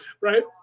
Right